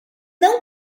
não